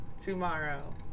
tomorrow